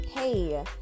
Hey